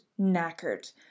knackered